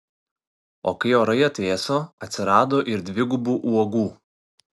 o kai orai atvėso atsirado ir dvigubų uogų